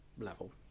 level